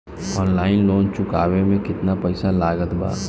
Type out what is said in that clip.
Online loan चुकवले मे केतना पईसा लागत बा?